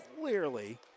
clearly